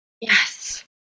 Yes